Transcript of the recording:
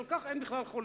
ועל כך אין בכלל חולק.